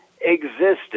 existed